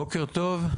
בוקר טוב.